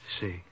see